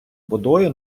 водою